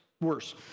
worse